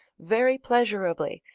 very pleasurably,